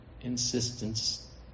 insistence